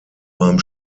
beim